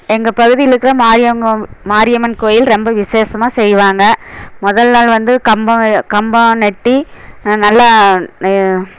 எங்கள் பகுதியில் இருக்கிற மாரியங்க மாரியம்மன் கோவில் ரொம்ப விசேஷமாக செய்வாங்க முதல் நாள் வந்து கம்பம் கம்பம் நட்டு நல்லா